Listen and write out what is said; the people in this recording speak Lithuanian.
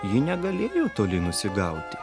ji negalėjo toli nusigauti